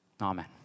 Amen